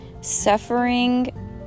suffering